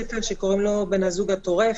שקוראים לו "בן הזוג הטורף",